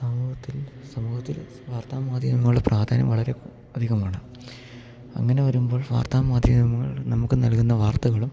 സമൂഹത്തിൽ സമൂഹത്തിൽ വാർത്താ മാധ്യമങ്ങളുടെ പ്രാധാന്യം വളരെ അധികമാണ് അങ്ങനെ വരുമ്പോൾ വാർത്താ മാധ്യമങ്ങൾ നമുക്ക് നൽകുന്ന വാർത്തകളും